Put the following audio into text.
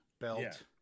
belt